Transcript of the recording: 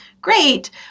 great